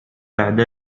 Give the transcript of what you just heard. بعد